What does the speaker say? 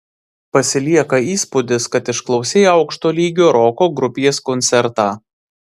pasilieka įspūdis kad išklausei aukšto lygio roko grupės koncertą